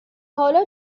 حالا